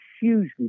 hugely